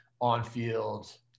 on-field